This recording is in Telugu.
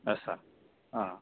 ఎస్ సార్ ఆ